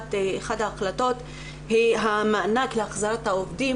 אחת ההחלטות היא המענק להחזרת העובדים,